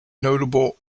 notable